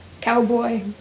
cowboy